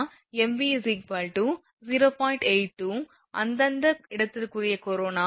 82 அந்த அந்த இடத்திற்குறிய கரோனா mv 0